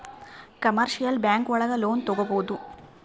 commercial bank ಒಳಗ loan ತಗೊಬೋದು